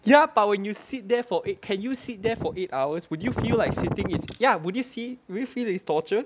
ya but when you sit there for eh can you sit there for eight hours would you feel like sitting is ya would you see would you feel it's torture